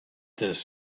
this